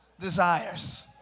desires